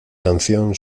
canción